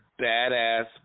badass